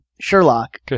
Sherlock